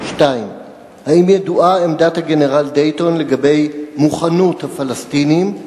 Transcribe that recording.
2. האם ידועה עמדת הגנרל דייטון לגבי מוכנות הפלסטינים?